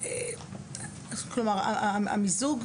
המיזוג,